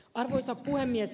arvoisa puhemies